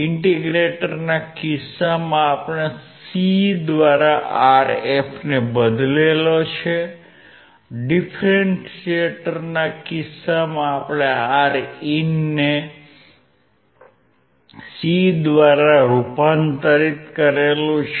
ઇન્ટિગ્રેટરના કિસ્સામાં આપણે C દ્વારા Rf ને બદલ્યો છે ડિફરન્ટિએટરના કિસ્સામાં આપણે Rin ને C દ્વારા રૂપાંતરિત કર્યું છે